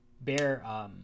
bear